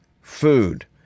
food